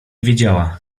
wiedziała